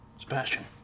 Sebastian